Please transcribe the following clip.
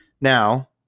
Now